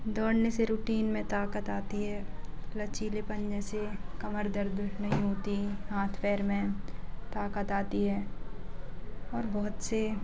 दौड़ने से रूटीन में ताकत आती है लचीलेपन जैसे कमर दर्द नहीं होती है हाथ पैर में ताकत आती है और बहुत से